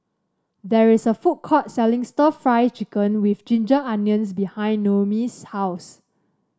there is a food court selling stir Fry Chicken with Ginger Onions behind Noemi's house